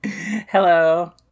Hello